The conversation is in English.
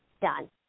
done